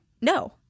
no